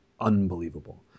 unbelievable